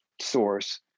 source